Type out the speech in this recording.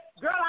Girl